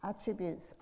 attributes